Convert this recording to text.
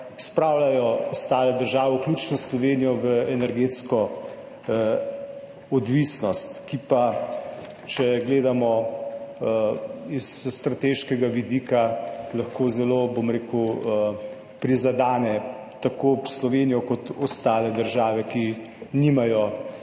spravljajo ostale države, vključno s Slovenijo, v energetsko odvisnost, ki pa, če gledamo s strateškega vidika, lahko zelo prizadene tako Slovenijo kot ostale države, ki nimajo